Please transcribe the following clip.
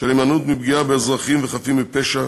של הימנעות מפגיעה באזרחים וחפים מפשע